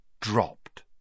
dropped